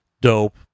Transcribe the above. dope